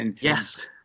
Yes